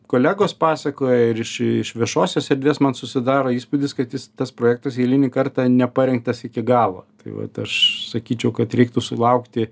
kolegos pasakoja ir iš iš viešosios erdvės man susidaro įspūdis kad jis tas projektas eilinį kartą neparengtas iki galo tai vat aš sakyčiau kad reiktų sulaukti